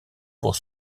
pour